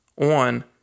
on